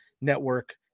network